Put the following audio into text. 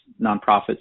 nonprofits